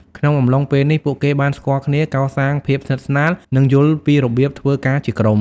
ក្នុងអំឡុងពេលនេះ ពួកគេបានស្គាល់គ្នា កសាងភាពស្និទ្ធស្នាល និងយល់ពីរបៀបធ្វើការជាក្រុម។